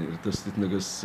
ir tas titnagas